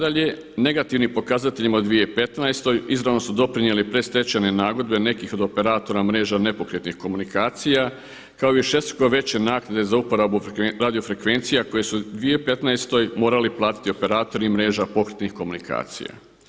Nadalje, negativnim pokazateljima u 2015. izravno su doprinijeli predstečajne nagodbe nekih od operatora mreža nepokretnih komunikacija kao višestruko veće naknade za uporabu radio frekvencija koje su u 2015. morali platiti operatori mreža pokretnih komunikacija.